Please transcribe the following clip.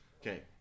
Okay